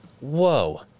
Whoa